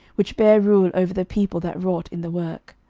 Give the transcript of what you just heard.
which bare rule over the people that wrought in the work.